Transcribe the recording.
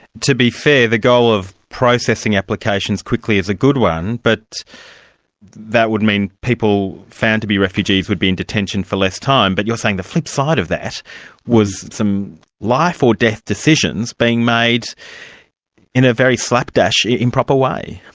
to be fair, the goal of processing applications quickly is a good one, but that would mean people found to be refugees would be in detention for less time. but you're saying the flipside of that that was some life-or-death decisions being made in a very slapdash, improper way.